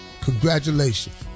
congratulations